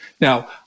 Now